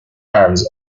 arms